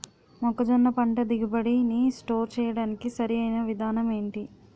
మొక్కజొన్న పంట దిగుబడి నీ స్టోర్ చేయడానికి సరియైన విధానం ఎంటి?